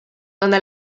donde